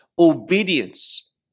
obedience